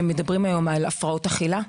שמדברים היום על הפרעות אכילה.